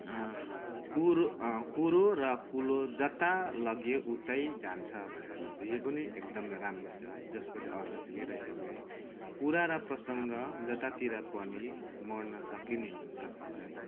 कुरो कुरो र कुलो जता लग्यो उतै जान्छ भनेर भन्छ यो पनि एकदमै राम्रो छ जसको चाहिँ अर्थ चाहिँ के रहेछ भने कुरा र प्रसङ्ग जतातिर पनि मोड्न सकिने हुन्छ भनेर है